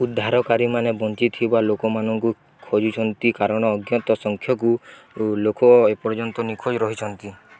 ଉଦ୍ଧାରକାରୀମାନେ ବଞ୍ଚିଥିବା ଲୋକମାନଙ୍କୁ ଖୋଜୁଛନ୍ତି କାରଣ ଅଜ୍ଞତ ସଂଖ୍ୟକୁ ଲୋକ ଏପର୍ଯ୍ୟନ୍ତ ନିଖୋଜ ରହିଛନ୍ତି